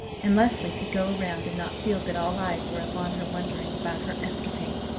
and leslie could go around and not feel that all eyes were upon her wondering about her escapade.